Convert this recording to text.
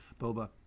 Boba